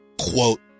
Quote